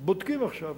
בודקים עכשיו,